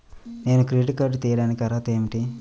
నేను credit card తీయడానికి అర్హత ఏమిటి?